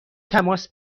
تماس